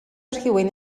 rhywun